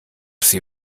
sie